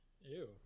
Ew